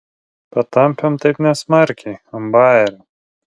patampėm taip nesmarkiai ant bajerio